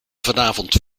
vanavond